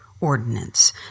ordinance